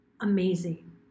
amazing